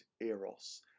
eros